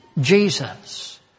Jesus